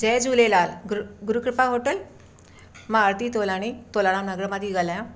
जय झूलेलाल गुर गुरु कृपा होटल मां आरती तोलानी तोलाणा नगर मां थी ॻाल्हायां